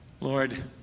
Lord